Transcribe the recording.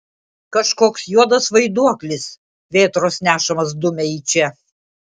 kažkoks juodas vaiduoklis vėtros nešamas dumia į čia